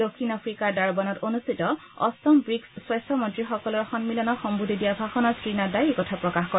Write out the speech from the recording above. দক্ষিণ আফ্ৰিকাৰ দাৰাবানত অনুষ্ঠিত অষ্টম ৱীকছ স্বাস্থ্য মন্ত্ৰীসকলৰ সন্মিলনক সম্বোধি দিয়া ভাষণত শ্ৰীনাড্ডাই এই কথা প্ৰকাশ কৰে